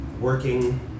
working